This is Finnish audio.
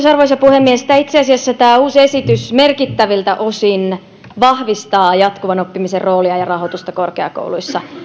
arvoisa puhemies itse asiassa tämä uusi esitys merkittäviltä osin vahvistaa jatkuvan oppimisen roolia ja rahoitusta korkeakouluissa